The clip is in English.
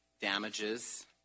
damages